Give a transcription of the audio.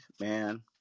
man